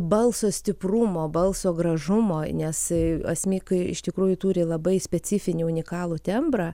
balso stiprumo balso gražumo nes asmik iš tikrųjų turi labai specifinį unikalų tembrą